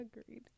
Agreed